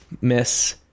miss